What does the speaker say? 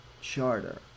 Charter